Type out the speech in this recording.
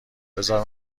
بزار